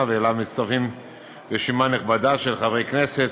ואליו מצטרפת רשימה נכבדה של חברי כנסת,